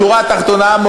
בשורה התחתונה,